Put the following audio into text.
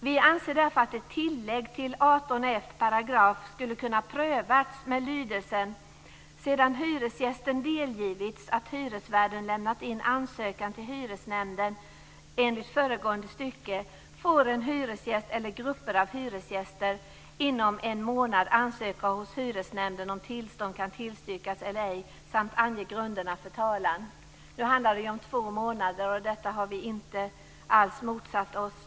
Vi anser därför att ett tillägg till 18 f § hade kunnat prövas med lydelsen: "Sedan hyresgästerna delgivits att hyresvärden lämnat in ansökan till hyresnämnden enligt föregående stycke, får en hyresgäst eller grupper av hyresgäster inom en månad ansöka hos hyresnämnden om tillstånd kan tillstyrkas eller ej samt ange grunderna för talan". Nu handlar det ju om två månader, och detta har vi inte alls motsatt oss.